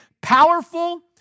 powerful